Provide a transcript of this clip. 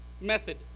method